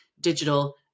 digital